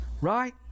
Right